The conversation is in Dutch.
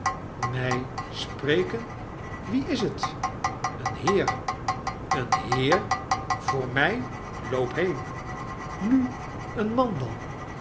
my spreken wie is het een heer een heer voor my loop heen nu een man dan